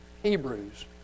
Hebrews